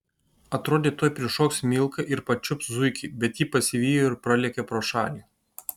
atrodė tuoj prišoks milka ir pačiups zuikį bet ji pasivijo ir pralėkė pro šalį